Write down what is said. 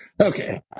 Okay